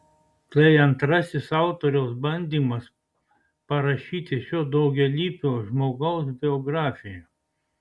tai antrasis autoriaus bandymas parašyti šio daugialypio žmogaus biografiją